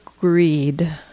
greed